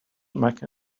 mecca